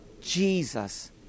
Jesus